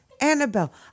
Annabelle